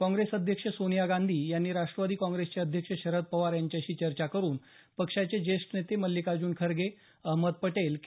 काँग्रेस अध्यक्ष सोनिया गांधी यांनी ग़ाष्टवादी काँग्रेसचे अध्यक्ष शरद पवार यांच्याशी दरध्वनीवरून चर्चा करून पक्षाचे ज्येष्ठ नेते मल्लीकार्जुन खरगे अहमद पटेल के